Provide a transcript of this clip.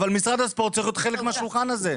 אבל משרד הספורט צריך להיות חלק מהשולחן הזה.